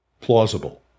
plausible